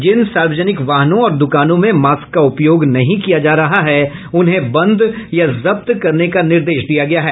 जिन सार्वजनिक वाहनों और दुकानों में मास्क का उपयोग नहीं किया जा रहा है उन्हें बंद या जब्त करने का निर्देश दिया गया है